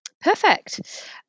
Perfect